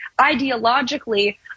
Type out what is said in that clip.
ideologically